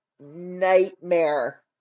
nightmare